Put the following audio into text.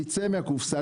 תצא מהקופסה.